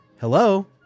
hello